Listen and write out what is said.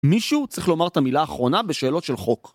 מישהו צריך לומר את המילה האחרונה בשאלות של חוק.